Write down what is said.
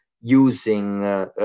using